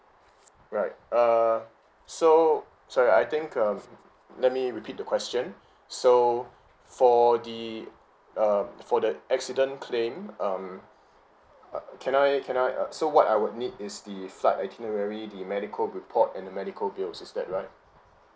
right err so sorry I think um let me repeat the question so for the um for the accident claim um uh can I can I uh so what I would need is the flight itinerary the medical report and the medical bills is that right